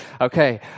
Okay